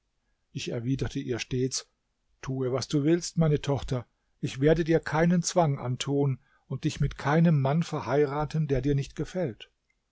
ich erwiderte ihr stets tue was du willst meine tochter ich werde dir keinen zwang antun und dich mit keinem mann verheiraten der dir nicht gefällt